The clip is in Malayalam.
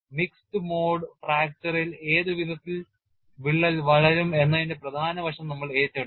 മിക്സഡ് മോഡ് ഫ്രാക്ചറിൽ ഏത് വിധത്തിൽ വിള്ളൽ വളരും എന്നതിന്റെ പ്രധാന വശം നമ്മൾ ഏറ്റെടുത്തു